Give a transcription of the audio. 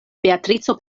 beatrico